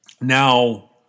Now